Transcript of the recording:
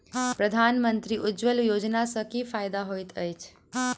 प्रधानमंत्री उज्जवला योजना सँ की फायदा होइत अछि?